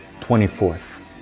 24th